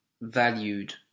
valued